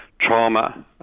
trauma